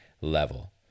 level